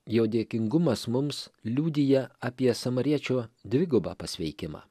jo dėkingumas mums liudija apie samariečio dvigubą pasveikimą